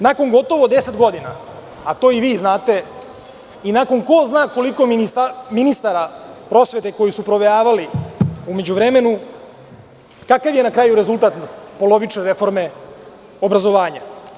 Nakon gotovo deset godina, a to i vi znate i nakon ko zna koliko ministara prosvete koji su provejavali u međuvremenu, kakav je na kraju rezultat polovične reforme obrazovanja?